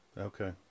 Okay